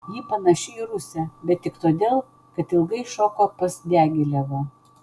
ji panaši į rusę bet tik todėl kad ilgai šoko pas diagilevą